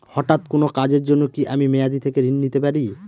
হঠাৎ কোন কাজের জন্য কি আমি মেয়াদী থেকে ঋণ নিতে পারি?